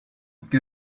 qu’est